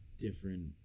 different